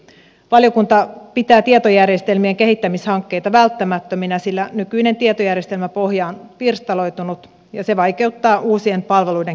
valiokunta pitää tietojärjestelmien kehittämishankkeita välttämättöminä sillä nykyinen tietojärjestelmäpohja on pirstaloitunut ja se vaikeuttaa uusien palveluiden kehittämistä